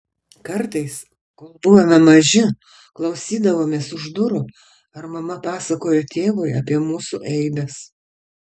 kartais kol buvome maži klausydavomės už durų ar mama pasakoja tėvui apie mūsų eibes